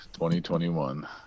2021